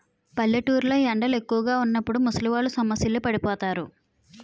పల్లెటూరు లో ఎండలు ఎక్కువుగా వున్నప్పుడు ముసలివాళ్ళు సొమ్మసిల్లి పడిపోతారు